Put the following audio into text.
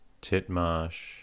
Titmarsh